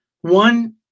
one